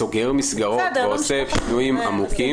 סוגר מסגרות ועושה שינויים עמוקים,